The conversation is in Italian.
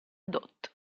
dott